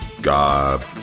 God